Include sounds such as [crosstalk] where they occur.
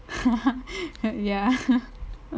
!wah! ya [laughs]